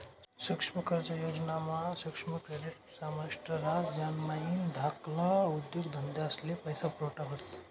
सुक्ष्म कर्ज योजना मा सुक्ष्म क्रेडीट समाविष्ट ह्रास ज्यानामाईन धाकल्ला उद्योगधंदास्ले पैसा पुरवठा व्हस